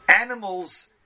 animals